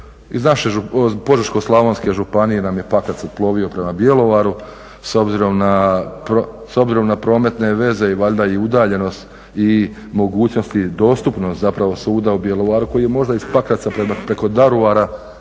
Iz naše Požeško-slavonske županije nam je Pakrac otplovio prema Bjelovaru s obzirom na prometne veze i valjda i udaljenost i mogućnosti, dostupnost zapravo suda u Bjelovaru koji je možda iz Pakraca preko Daruvara, možda